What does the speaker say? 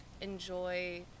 enjoy